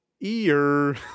Ear